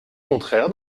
contraire